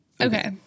Okay